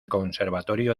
conservatorio